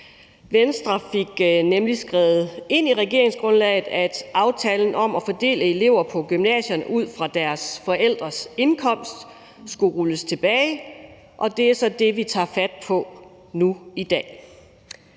Venstre fik nemlig skrevet ind i regeringsgrundlaget, at aftalen om at fordele elever på gymnasierne ud fra deres forældres indkomst skulle rulles tilbage, og det er så det, vi tager fat på nu i dag.